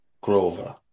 Grover